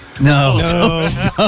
No